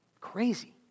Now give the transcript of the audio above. crazy